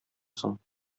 соң